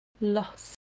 lost